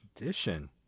edition